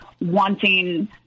wanting